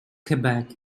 quebec